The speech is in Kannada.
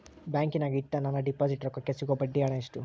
ಬ್ಯಾಂಕಿನಾಗ ಇಟ್ಟ ನನ್ನ ಡಿಪಾಸಿಟ್ ರೊಕ್ಕಕ್ಕೆ ಸಿಗೋ ಬಡ್ಡಿ ಹಣ ಎಷ್ಟು?